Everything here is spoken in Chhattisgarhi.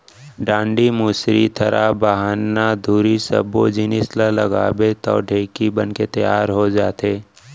डांड़ी, मुसरी, थरा, बाहना, धुरा सब्बो जिनिस ल लगाबे तौ ढेंकी बनके तियार हो जाथे